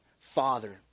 father